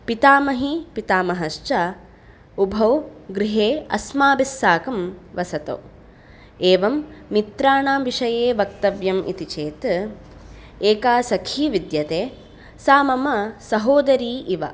पितामही पितामहश्च उभौ गृहे अस्माभिस्साकं वसतौ एवं मित्राणां विषये वक्तव्यम् इति चेत् एका सखी विद्यते सा मम सहोदरी इव